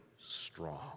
strong